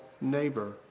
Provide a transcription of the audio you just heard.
neighbor